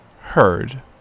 heard